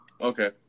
Okay